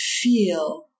feel